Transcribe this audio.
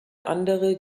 andere